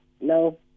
no